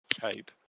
cape